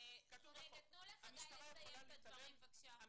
תנו לחגי לסיים את דבריו בבקשה.